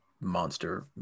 monster